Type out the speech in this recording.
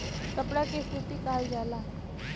कपड़ा के सूती कहल जाला